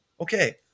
Okay